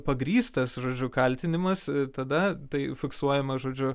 pagrįstas žodžiu kaltinimas tada tai fiksuojama žodžiu